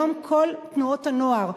היום כל תנועות הנוער,